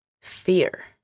fear